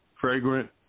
fragrant